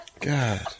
god